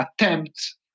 attempts